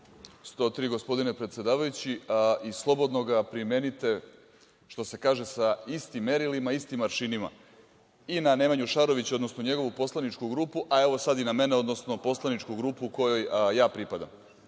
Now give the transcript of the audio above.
103. gospodine predsedavajući i slobodno ga primenite, što se kaže, sa istim merilima, istim aršinima i na Nemanju Šarovića, odnosno njegovu poslaničku grupu, a evo sada i na mene, odnosno poslaničku grupu kojoj pripadam. Taj